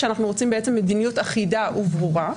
שאנחנו רוצים בעצם מדיניות אחידה וברורה,